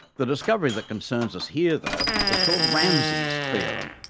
the discovery that concerns us here, though, is called ramsey's theorem.